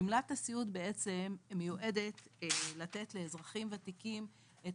גמלת הסיעוד מיועדת לתת לאזרחים ותיקים את